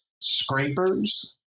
scrapers